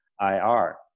IR